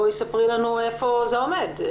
בואי ספרי לנו איפה זה עומד.